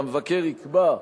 והמבקר יקבע,